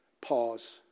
Pause